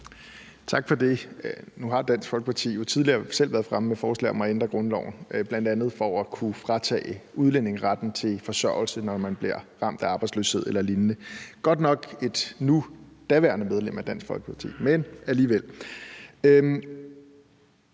Tak for det. Nu har Dansk Folkeparti jo tidligere selv været fremme med forslag om at ændre grundloven, bl.a. for at kunne fratage udlændinge retten til forsørgelse, når de bliver ramt af arbejdsløshed eller lignende. Det var godt nok et nu daværende medlem af Dansk Folkeparti, men alligevel.